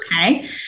Okay